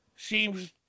seems